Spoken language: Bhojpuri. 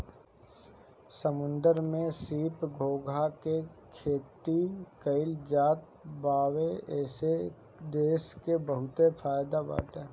समुंदर में सीप, घोंघा के भी खेती कईल जात बावे एसे देश के बहुते फायदा बाटे